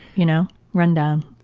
you know? run down.